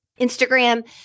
Instagram